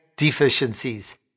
Deficiencies